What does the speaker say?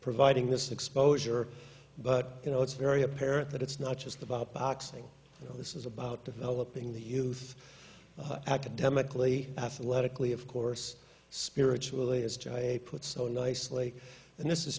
providing this exposure but you know it's very apparent that it's not just about boxing you know this is about developing the youth academically athletically of course spiritually as john a put so nicely and this is